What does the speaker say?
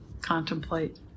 contemplate